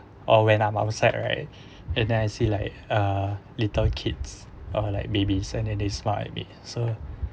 or when I'm upset right and then I see like uh little kids or like babies and then they smile at me